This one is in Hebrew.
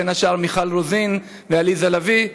בין השאר מיכל רוזין ועליזה לביא,